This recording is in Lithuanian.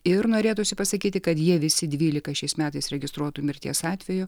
ir norėtųsi pasakyti kad jie visi dvylika šiais metais registruotų mirties atvejų